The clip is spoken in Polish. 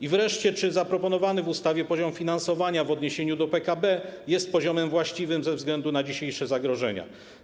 Czy wreszcie zaproponowany w ustawie poziom finansowania w odniesieniu do PKB jest poziomem właściwym ze względu na dzisiejsze zagrożenia?